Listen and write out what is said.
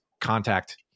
contact